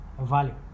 Value